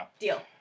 Deal